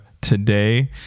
today